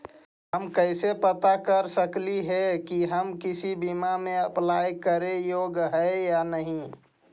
हम कैसे पता कर सकली हे की हम किसी बीमा में अप्लाई करे योग्य है या नही?